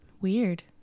Weird